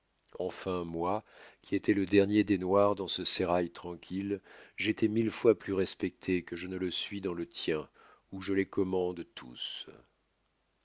enfin moi qui étois le dernier des noirs dans ce sérail tranquille j'étois mille fois plus respecté que je ne le suis dans le tien où je les commande tous